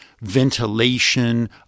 ventilation